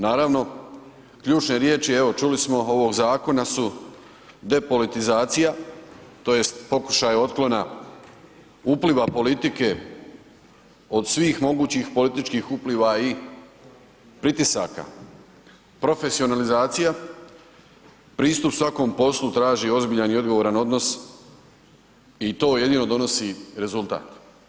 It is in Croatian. Naravno ključne riječi evo čuli smo ovog zakona su depolitizacija tj. pokušaj otklona upliva politike od svih mogućih političkih upliva i pritisaka, profesionalizacija, pristup svakom poslu traži ozbiljan i odgovoran odnos i to jedino donosi rezultat.